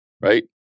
right